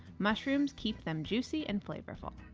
mushrooms keep them juicy and flavorful.